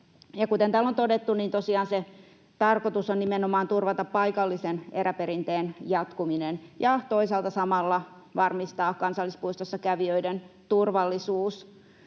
Kuten täällä on todettu, niin tosiaan se tarkoitus on nimenomaan turvata paikallisen eräperinteen jatkuminen ja toisaalta samalla varmistaa kansallispuistossa kävijöiden turvallisuus.